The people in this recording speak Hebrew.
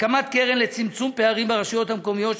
הקמת קרן לצמצום פערים ברשויות המקומיות,